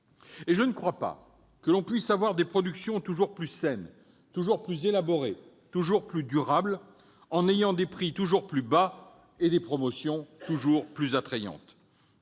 Je ne crois pas que l'on puisse avoir des productions toujours plus saines, plus élaborées et plus durables avec des prix toujours plus bas et des promotions toujours plus attrayantes.